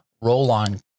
roll-on